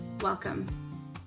Welcome